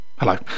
Hello